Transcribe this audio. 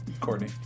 Courtney